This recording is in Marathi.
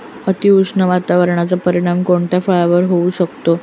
अतिउष्ण वातावरणाचा परिणाम कोणत्या फळावर होऊ शकतो?